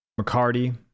McCarty